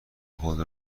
خود